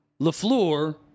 Lafleur